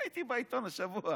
ראיתי בעיתון השבוע